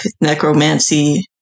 necromancy